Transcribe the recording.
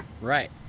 Right